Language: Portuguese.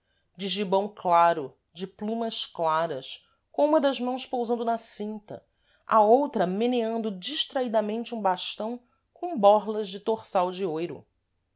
de gibão claro de plumas claras com uma das mãos pousando na cinta a outra meneando distraídamente um bastão com borlas de torçal de oiro